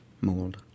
mold